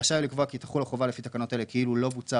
רשאי הוא לקבוע כי תחול החובה לפי תקנות אלה כאילו לא בוצעה